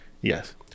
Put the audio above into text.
Yes